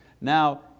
Now